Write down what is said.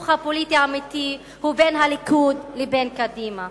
הפוליטי האמיתי הוא בין הליכוד לבין קדימה,